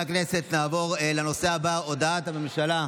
להלן תוצאות ההצבעה: